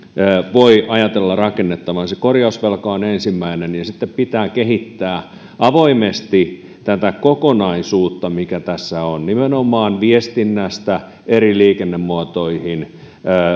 voi ajatella rakennettavan korjausvelka on se ensimmäinen ja sitten pitää kehittää avoimesti tätä kokonaisuutta mikä tässä on nimenomaan viestinnästä eri liikennemuotoihin